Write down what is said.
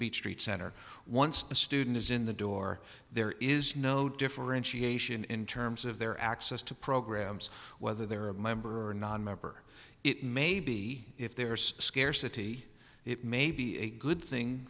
beech tree chatter once the student is in the door there is no differentiation in terms of their access to programs whether they are a member or nonmember it may be if there's a scarcity it may be a good thing